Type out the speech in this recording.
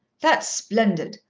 that's splendid.